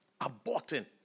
aborting